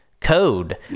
code